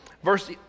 verse